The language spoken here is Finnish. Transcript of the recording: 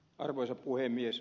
arvoisa puhemies